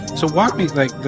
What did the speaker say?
so walk me, like,